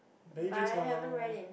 Major Tom